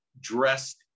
dressed